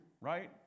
right